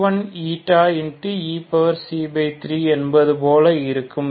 e3 என்பது போல இருக்கும்